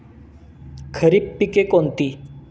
खरीप पिके कोणती?